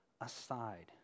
aside